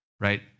right